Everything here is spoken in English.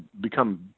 become